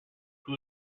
who